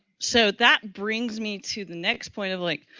so that brings me to the next point of like,